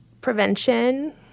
Prevention